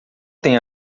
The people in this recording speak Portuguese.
tem